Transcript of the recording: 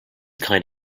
kind